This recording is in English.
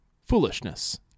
foolishness